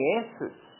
answers